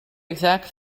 exact